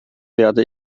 werde